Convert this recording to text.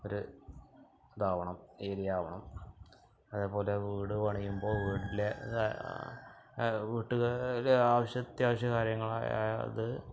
ഒരു ഇതാവണം ഏരിയ ആവണം അതേപോലെ വീട് പണിയുമ്പോള് വീട്ടിലെ ആവശ്യ അത്യാവശ്യ കാര്യങ്ങളായ അത്